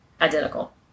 identical